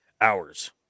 hours